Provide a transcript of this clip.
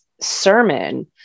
sermon